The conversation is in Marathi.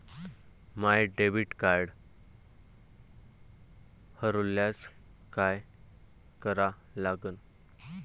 माय डेबिट कार्ड हरोल्यास काय करा लागन?